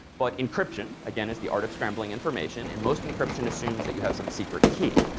but encryption, again, is the art of scrambling information and most encryption assumes that you have some secret key.